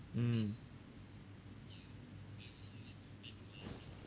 mm